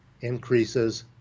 increases